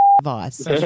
advice